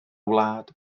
wlad